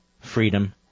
freedom